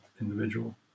individual